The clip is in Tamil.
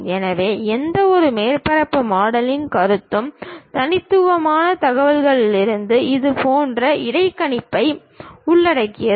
எனவே எந்தவொரு மேற்பரப்பு மாடலிங் கருத்தும் தனித்துவமான தகவல்களிலிருந்து இதுபோன்ற இடைக்கணிப்பை உள்ளடக்கியது